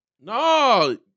No